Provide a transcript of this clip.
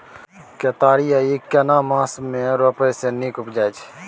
केतारी या ईख केना मास में रोपय से नीक उपजय छै?